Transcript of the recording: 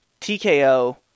TKO